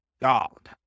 God